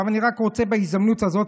בהזדמנות זו,